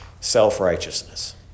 Self-righteousness